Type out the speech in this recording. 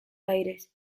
aires